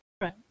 Right